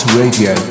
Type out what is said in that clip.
radio